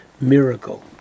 miracle